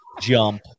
jump